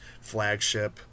flagship